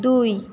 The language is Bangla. দুই